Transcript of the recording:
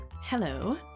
Hello